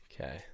Okay